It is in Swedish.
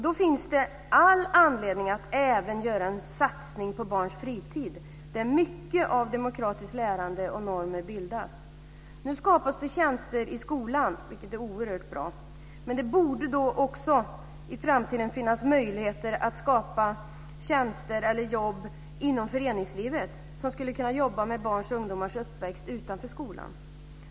Då finns det all anledning att även göra en satsning på barns fritid, där mycket av demokratiskt lärande sker och normer bildas. Nu skapas det tjänster i skolan, vilket är oerhört bra. Men det borde också i framtiden finnas möjligheter att skapa jobb inom föreningslivet, där man skulle kunna jobba med barns och ungdomars uppväxt utanför skolan.